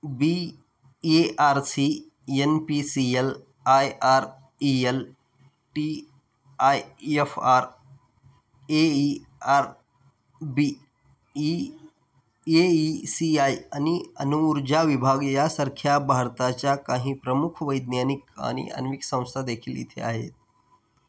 B A R C N P C L I R E L T I F R A E R B E A E C I आणि अणूऊर्जा विभाग यासारख्या भारताच्या काही प्रमुख वैज्ञानिक आणि आण्विक संस्थादेखील इथे आहेत